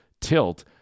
tilt